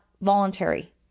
voluntary